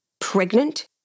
pregnant